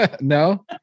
no